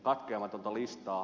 katkeamatonta listaa